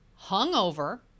hungover